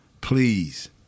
Please